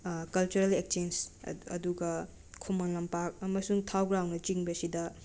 cultural exchange ꯑꯗꯨꯒ ꯈꯨꯃꯟ ꯂꯝꯄꯥꯛ ꯑꯃꯁꯨꯡ ꯊꯥꯎ ꯒ꯭ꯔꯥꯎꯟꯅꯆꯤꯡꯕꯁꯤꯗ